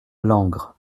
langres